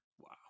Wow